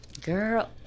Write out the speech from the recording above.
Girl